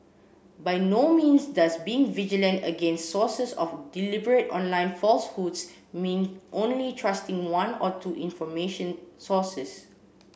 by no means does being vigilant against sources of deliberate online falsehoods mean only trusting one or two information sources